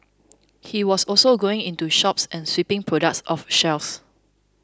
he was also going into shops and sweeping products off shelves